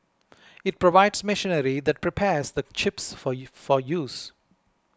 it provides machinery that prepares the chips for use